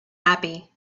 happy